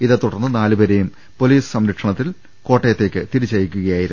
ഇതേതുടർന്ന് നാലുപേരെയും പൊലീസ് സംരക്ഷണത്തിൽ കോട്ടയത്തേക്ക് തിരിച്ചയക്കുകയായിരുന്നു